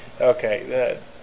Okay